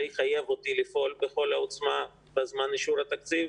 זה יחייב אותי לפעול בכל העוצמה בזמן אישור התקציב,